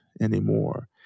anymore